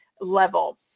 level